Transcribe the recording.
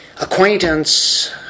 acquaintance